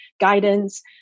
guidance